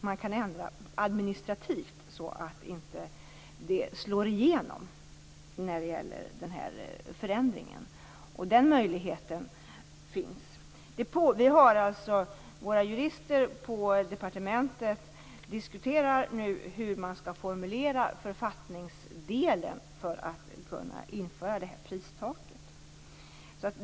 Man kan ändra administrativt så att den här förändringen inte slår igenom. Den möjligheten finns. Våra jurister på departementet diskuterar nu hur man skall formulera författningsdelen för att kunna införa det här pristaket.